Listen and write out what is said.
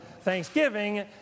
Thanksgiving